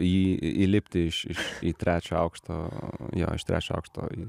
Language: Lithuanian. į jį įlipti iš iš trečio aukšto jo iš trečio aukšto į